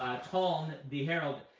um the herald,